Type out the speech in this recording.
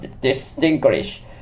distinguish